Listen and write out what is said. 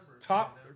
top